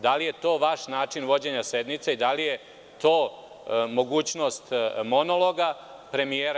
Da li je to vaš način vođenja sednice i da li je to mogućnost monologa premijera?